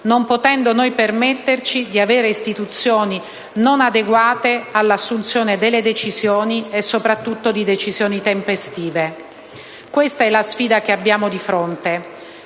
non potendo noi permetterci di avere istituzioni inadeguate all'assunzione di decisioni, soprattutto tempestive. Questa è la sfida che abbiamo di fronte